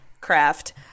craft